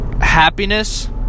Happiness